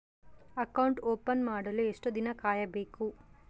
Account open ಮಾಡಲು ಎಷ್ಟು ದಿನ ಕಾಯಬೇಕು?